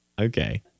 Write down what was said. Okay